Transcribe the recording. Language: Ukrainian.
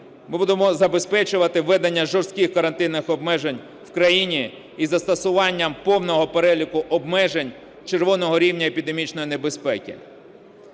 ми будемо забезпечувати введення жорстких карантинних обмежень в країні із застосуванням повного переліку обмежень червоного рівня епідемічної небезпеки.